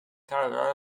carro